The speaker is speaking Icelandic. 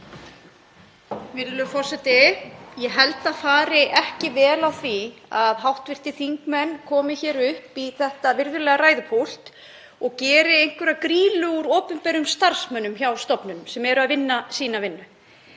Virðulegur forseti. Ég held að það fari ekki vel á því að hv. þingmenn komi hér upp í þetta virðulega ræðupúlti og geri einhverja grýlu úr opinberum starfsmönnum hjá stofnunum sem eru að vinna sína vinnu.